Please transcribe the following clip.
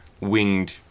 winged